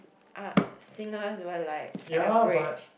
are singers who are like average